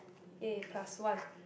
yay plus one